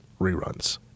reruns